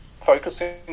focusing